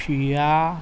freya